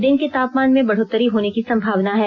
दिन के तापमान में बढ़ोतरी होने की संभावना है